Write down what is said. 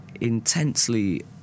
intensely